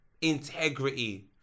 Integrity